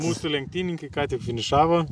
mūsų lenktynininkai ką tik finišavo